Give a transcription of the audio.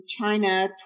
China